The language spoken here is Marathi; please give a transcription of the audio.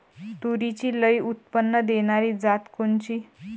तूरीची लई उत्पन्न देणारी जात कोनची?